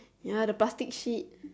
ya the plastic sheets